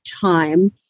time